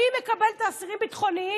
מי מקבל את האסירים הביטחוניים?